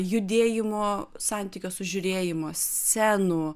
judėjimo santykio su žiūrėjimu scenų